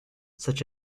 such